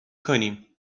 کنیم